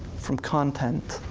from content.